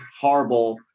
horrible